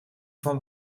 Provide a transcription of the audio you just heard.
van